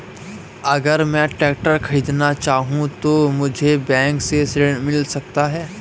अगर मैं ट्रैक्टर खरीदना चाहूं तो मुझे बैंक से ऋण मिल सकता है?